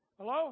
Hello